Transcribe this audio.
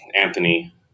Anthony